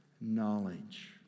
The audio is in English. knowledge